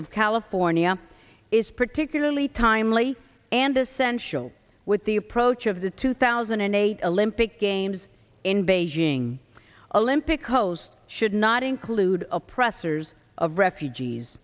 of california is particularly timely and essential with the approach of the two thousand and eight olympic games in beijing olympic host should not include oppressors of refugees